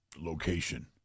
Location